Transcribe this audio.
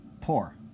poor